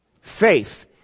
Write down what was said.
Faith